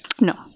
No